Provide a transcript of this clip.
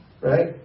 Right